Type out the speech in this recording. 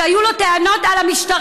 שהיו לו טענות על המשטרה.